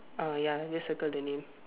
uh ya just circle the name